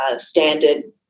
standard